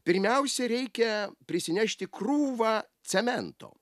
pirmiausia reikia prisinešti krūvą cemento